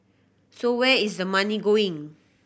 so where is the money going